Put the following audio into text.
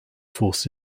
forced